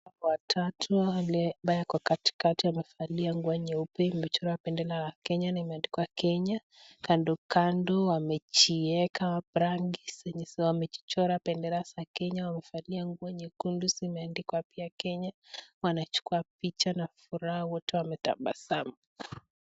Watatu ambaye yuko katikati amevaa nguo nyeupe imewekwa bendera ya Kenya na imeandikwa Kenya, kando kando wamejiweka rangi, wamejichora bendera za Kenya wamevalia mavazi ya nyekundu wanachukua picha kwa furaha na wote wanatabasamu.